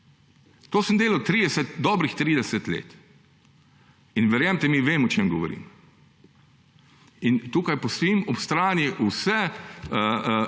To sem delal dobrih 30 let in verjemite mi, vem, o čem govorim. In tukaj pustim ob strani vse